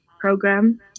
program